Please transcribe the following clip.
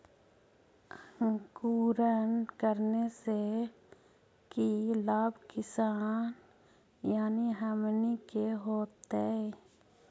अंकुरण करने से की लाभ किसान यानी हमनि के होतय?